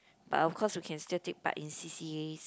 but of course you can still take part in C_C_A